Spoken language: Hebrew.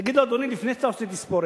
תגיד לו: אדוני, לפני שאתה עושה תספורת,